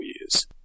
years